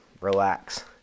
Relax